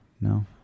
No